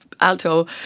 alto